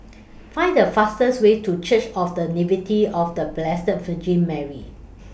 Find The fastest Way to Church of The Nativity of The Blessed Virgin Mary